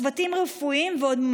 צוותים רפואיים ועוד.